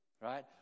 right